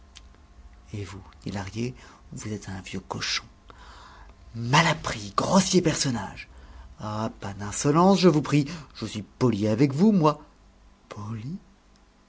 et vous dit lahrier vous êtes un vieux cochon malappris grossier personnage ah pas d'insolence je vous prie je suis poli avec vous moi